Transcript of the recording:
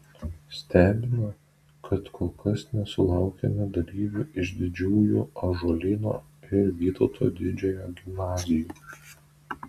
stebina kad kol kas nesulaukėme dalyvių iš didžiųjų ąžuolyno ir vytauto didžiojo gimnazijų